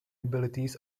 abilities